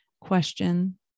question